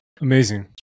amazing